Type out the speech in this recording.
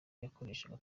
yakoreshaga